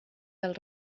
del